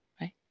right